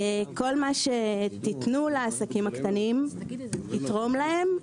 כל מה שתיתנו לעסקים הקטנים יתרום להם.